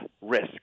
risk